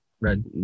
Red